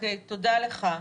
תודה לך.